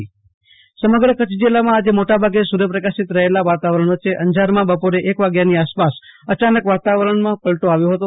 આશુતોષ અંતાણી કુચ્છ હવામાન સમગ્ર કચ્છ જિલ્લામાં આજે મોટાભાગે સૂર્ય પ્રકાશિત રહેલા વાતાવરણ વચ્ચે અંજારમાં બપોરે એક વાગ્યા આસપાસ અચાનક વાતાવરણમાં પલટો આવ્યો હતો